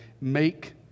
Make